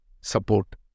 support